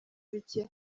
bicye